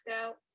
out